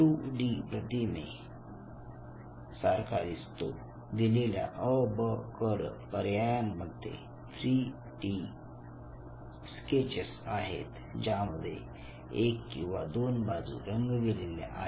2 D प्रतिमे सारखा दिसतो दिलेल्या अ ब क ड पर्यायांमध्ये 3 डी स्केचेस आहेत ज्यामध्ये एक किंवा दोन बाजू रंगविलेल्या आहेत